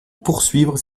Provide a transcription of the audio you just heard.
poursuivre